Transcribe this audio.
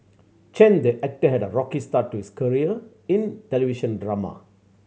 Chen the actor had a rocky start to his career in television drama